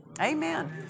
Amen